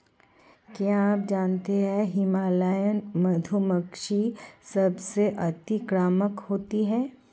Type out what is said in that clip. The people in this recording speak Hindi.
क्या आप जानते है हिमालयन मधुमक्खी सबसे अतिक्रामक होती है?